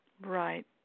Right